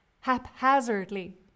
haphazardly